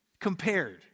compared